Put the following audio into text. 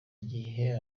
gihe